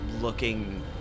looking